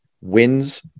Wins